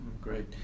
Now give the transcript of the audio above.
Great